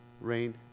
rain